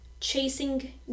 Chasing